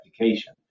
application